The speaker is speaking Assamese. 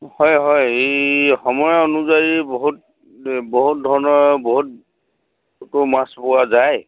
হয় হয় এই সময় অনুযায়ী বহুত বহুত ধৰণৰ বহুত মাছ পোৱা যায়